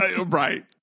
Right